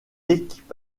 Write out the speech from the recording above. équipe